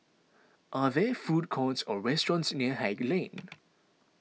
are there food courts or restaurants near Haig Lane